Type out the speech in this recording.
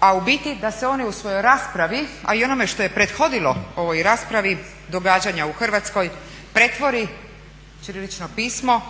a u biti da se one u svojoj raspravi a i onome što je prethodilo ovoj raspravi događanja u Hrvatskoj pretvori u ćirilično pismo,